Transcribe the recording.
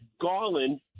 Garland